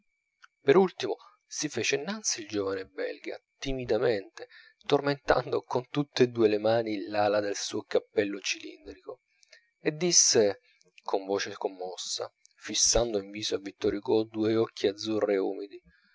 per ultimo si fece innanzi il giovane belga timidamente tormentando con tutt'e due le mani l'ala del suo cappello cilindrico e disse con voce commossa fissando in viso a vittor hugo due occhi azzurri e umidi